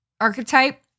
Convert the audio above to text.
archetype